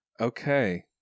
Okay